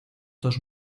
dos